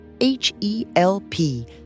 H-E-L-P